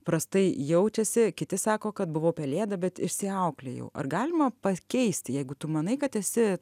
prastai jaučiasi kiti sako kad buvau pelėda bet išsiauklėjau ar galima pakeisti jeigu tu manai kad esi